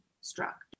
struck